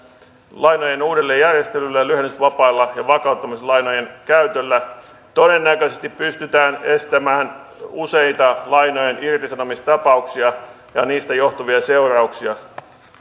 lainojen uudelleenjärjestelyllä lyhennysvapailla ja vakauttamislainojen käytöllä todennäköisesti pystytään estämään useita lainojen irtisanomistapauksia ja niistä johtuvia seurauksia